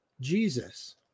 Jesus